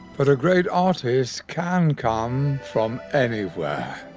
but a great artist can come from anywhere